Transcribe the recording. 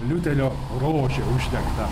liuterio rožė uždegta